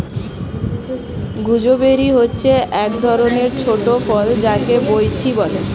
gooseberry হচ্ছে এক ধরণের ছোট ফল যাকে বৈঁচি বলে